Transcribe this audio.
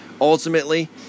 Ultimately